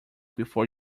before